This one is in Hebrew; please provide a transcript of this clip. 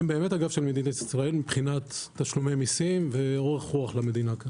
באמת, מבחינת תשלומי מסים ואורך רוח למדינה.